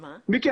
מיקי,